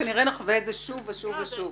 כנראה נחווה את זה שוב ושוב.